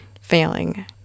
failing